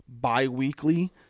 bi-weekly